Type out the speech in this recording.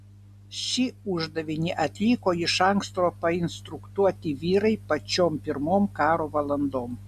šį uždavinį atliko iš anksto painstruktuoti vyrai pačiom pirmom karo valandom